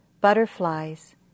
Butterflies